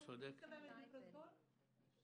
היא מסתובבת בפרוזדור.